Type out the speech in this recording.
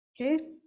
Okay